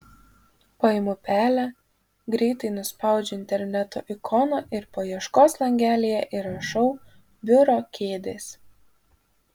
paimu pelę greitai nuspaudžiu interneto ikoną ir paieškos langelyje įrašau biuro kėdės